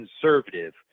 conservative